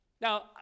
Now